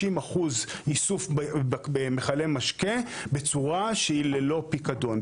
60% איסוף במכלי משקה בצורה שהיא ללא פיקדון.